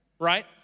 right